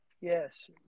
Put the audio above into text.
Yes